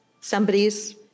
somebody's